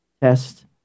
test